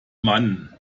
mann